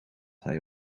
hij